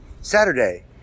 Saturday